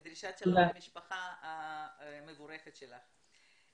דרישת שלום למשפחה המבורכת שלך.